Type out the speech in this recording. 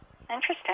Interesting